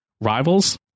Rivals